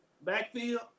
backfield